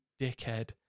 dickhead